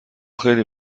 خیلی